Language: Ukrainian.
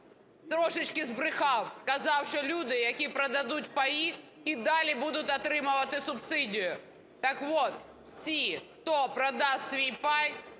трошечки збрехав. Сказав, що люди, які продадуть паї, і далі будуть отримувати субсидію. Так от, всі, хто продасть свій пай,